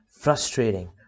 frustrating